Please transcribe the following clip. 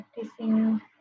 practicing